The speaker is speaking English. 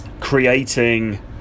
creating